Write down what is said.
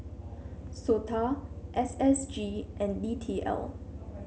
SOTA S S G and D T L